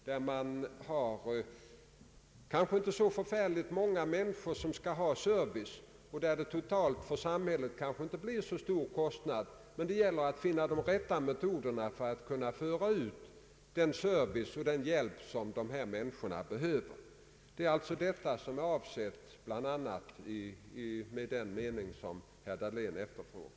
Där finns det inte så många människor som skall ha service och där kanske det för samhället inte uppstår så stora kostnader totalt, men det gäller att finna de rätta metoderna för att kunna föra ut den service och hjälp dessa människor verkligen behöver. Bland annat detta är alltså avsikten med den mening som herr Dahlén efterfrågar.